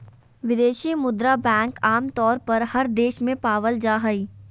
विदेशी मुद्रा बैंक आमतौर पर हर देश में पावल जा हय